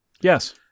Yes